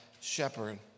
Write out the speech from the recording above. shepherd